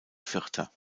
vierter